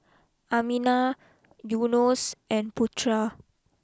Aminah Yunos and Putra